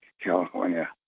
California